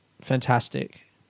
Fantastic